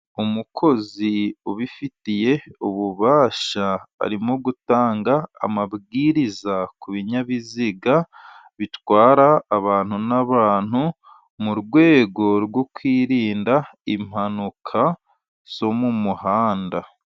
Umukozi ubifitiye ububasha arimo gutanga amabwiriza ku binyabiziga bitwara ibintu n'abantu, mu rwego rwo kwirinda impanuka zo mu muhanda.